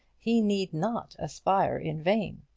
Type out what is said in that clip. he need not aspire in vain.